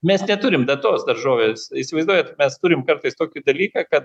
mes neturim datos daržovės įsivaizduojat mes turim kartais tokį dalyką kad